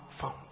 found